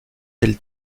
del